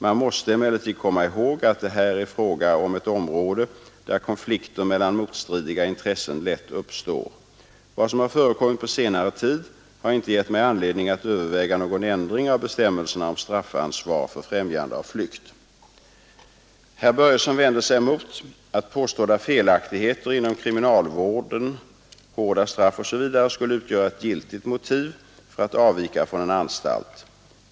Man måste emellertid komma ihåg att det här är fråga om ett område där konflikter mellan motstridiga intressen lätt uppstår. Vad som har förekommit på senare tid har inte gett mig anledning att överväga någon ändring av bestämmelserna om straffansvar för främjande av flykt. Herr Börjesson vänder sig mot att påstådda felaktigheter inom kriminalvården, hårda straff osv. skulle utgöra ett giltigt motiv för att avvika från en anstalt.